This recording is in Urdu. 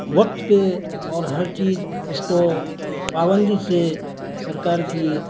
وقت پہ اور ہر چیز اس کو پابندی سے سرکار کی